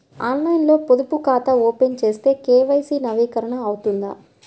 ఆన్లైన్లో పొదుపు ఖాతా ఓపెన్ చేస్తే కే.వై.సి నవీకరణ అవుతుందా?